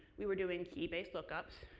we were doing key-based lookups.